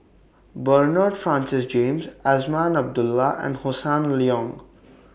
Bernard Francis James Azman Abdullah and Hossan Leong